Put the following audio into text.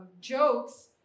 jokes